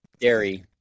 Dairy